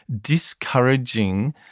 discouraging